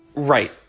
right.